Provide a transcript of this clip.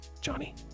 Johnny